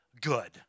good